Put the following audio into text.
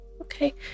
Okay